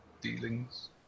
dealings